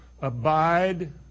abide